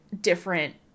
different